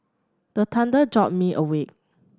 the thunder jolt me awake